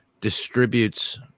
distributes